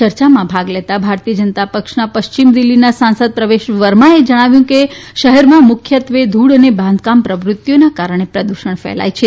ચર્ચામાં ભાગ લેતાં ભારતીય જનતા પક્ષના પશ્ચિમ દીલ્ફીના સાંસદ પ્રવેશ વર્માએ જણાવ્યું હતું કે શહેરમાં મુખ્યત્વે ધુળ અને બાંધકામ પ્રવૃતિઓના કારણે પ્રદુષણ ફેલાય છે